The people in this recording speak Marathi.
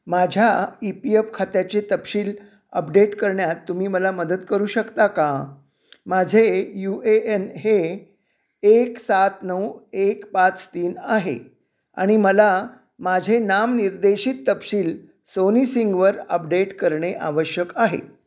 माझ्या ई पी एफ खात्याचे तपशील अपडेट करण्यात तुम्ही मला मदत करू शकता का माझे यू ए एन हे एक सात नऊ एक पाच तीन आहे आणि मला माझे नाम निर्देशित तपशील सोनी सिंगवर अपडेट करणे आवश्यक आहे